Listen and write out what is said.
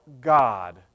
God